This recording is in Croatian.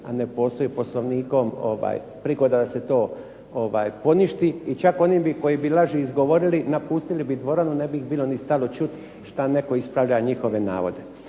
a ne postoji Poslovnikom prigoda da se to poništi. I čak oni bi koji bi laži izgovorili napustili bi dvoranu, ne bi ih bilo ni stalo čuti šta netko ispravlja njihove navode.